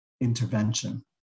intervention